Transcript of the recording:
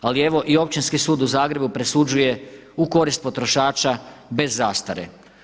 Ali evo i Općinski sud u Zagrebu presuđuje u korist potrošača bez zastare.